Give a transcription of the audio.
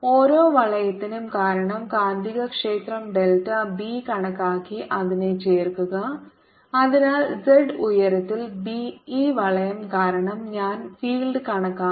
ഓരോ വളയത്തിനും കാരണം കാന്തികക്ഷേത്രം ഡെൽറ്റ ബി കണക്കാക്കി അതിനെ ചേർക്കുക അതിനാൽ z ഉയരത്തിൽ ഈ വളയo കാരണം ഞാൻ ഫീൽഡ് കണക്കാക്കും